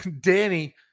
Danny